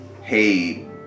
hey